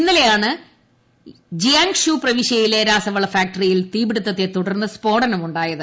ഇന്നലെയാണ് ജിയാങ്ഷു പ്രവിശ്യയിലെ രാസവള ഫാക്ടറിയിൽ തീപിടുത്തെ തുടർന്ന് സ്ഫോടനമുണ്ടായത്